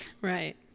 Right